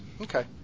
Okay